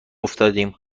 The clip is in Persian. افتادیم